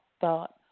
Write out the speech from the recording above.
thought